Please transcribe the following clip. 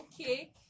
okay